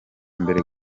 mbere